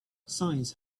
science